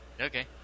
Okay